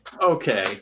Okay